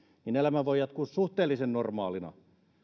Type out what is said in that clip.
niin että elämä voi jatkua suhteellisen normaalina